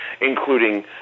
including